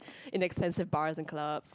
in expensive bars and club